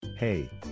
Hey